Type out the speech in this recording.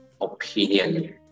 opinion